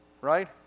Right